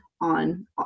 on